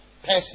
person